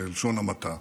בלשון המעטה.